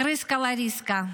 קריסקה לריסקה,